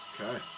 okay